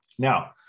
Now